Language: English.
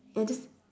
and just